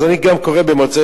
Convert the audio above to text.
אז אני גם קורא במוצאי-שבת,